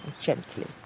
gently